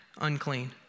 unclean